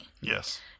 Yes